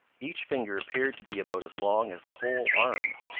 each finger appeared to be about as long as the whole arm.